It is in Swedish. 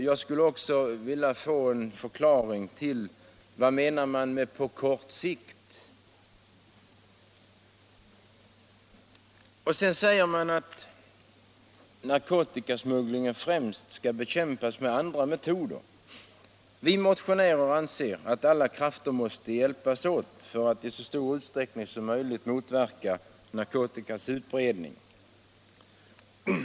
Jag vill också få en förklaring till vad man menar med ”på kort sikt”. Sedan säger tullstyrelsen att narkotikasmugglingen främst skall bekämpas med andra metoder. Vi motionärer anser att alla krafter måste hjälpas åt för att i så stor utsträckning som möjligt motverka narkotikans utbredning.